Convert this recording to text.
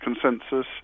consensus